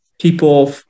people